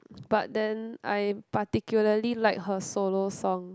but then I particularly like her solo song